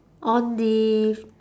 on the